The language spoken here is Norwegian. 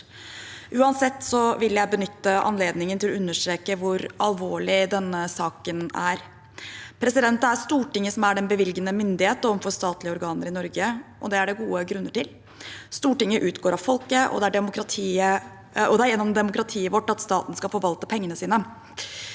Uansett vil jeg benytte anledningen til å understreke hvor alvorlig denne saken er. Det er Stortinget som er den bevilgende myndighet overfor statlige organer i Norge, og det er det gode grunner til. Stortinget utgår av folket, og det er gjennom demokratiet vårt staten skal forvalte pengene sine.